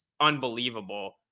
unbelievable